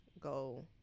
go